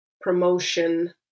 promotion